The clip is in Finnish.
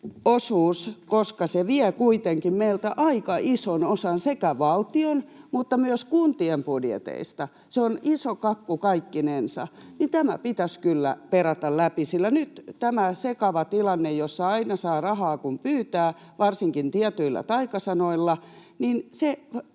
koska se vie kuitenkin meiltä aika ison osan sekä valtion että myös kuntien budjeteista, se on iso kakku kaikkinensa — pitäisi kyllä perata läpi, sillä nyt tämä sekava tilanne, jossa aina saa rahaa, kun pyytää, varsinkin tietyillä taikasanoilla,